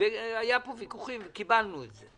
היו פה ויכוחים, קיבלנו את זה.